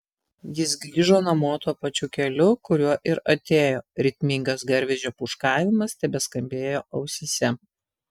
jis grįžo namo tuo pačiu keliu kuriuo ir atėjo ritmingas garvežio pūškavimas tebeskambėjo ausyse